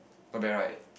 not bad right